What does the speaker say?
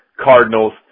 Cardinals